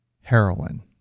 heroin